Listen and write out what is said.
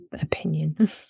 opinion